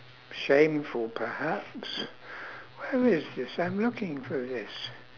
shameful perhaps where is this I'm looking for this